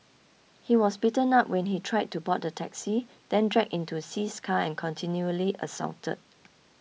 he was beaten up when he tried to board the taxi then dragged into See's car and continually assaulted